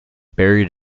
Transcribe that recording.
buried